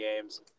games